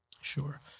Sure